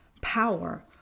power